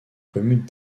communes